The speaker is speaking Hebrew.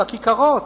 בכיכרות,